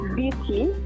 Beauty